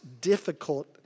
difficult